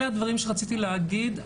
אלה הדברים שרציתי להגיד.